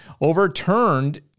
overturned